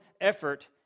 effort